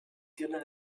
dylan